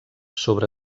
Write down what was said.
sobre